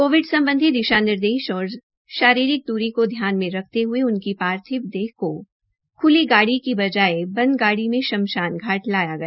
Covid सम्बधी दिशा निर्देश और शारीरिक दूरी को ध्यान में रखते हये उनकी पार्थिव देह को ख्ली गाड़ी के बजाये बंद गाड़ी में शमशान घाट लाया गया